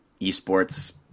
esports